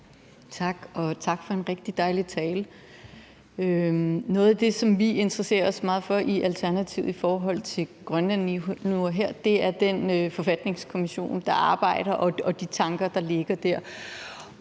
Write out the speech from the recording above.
Tak, og tak for en rigtig dejlig tale. Noget af det, som vi interesserer os meget for i Alternativet i forhold til Grønland lige nu og her, er den Forfatningskommission, der arbejder, og de tanker, der ligger der.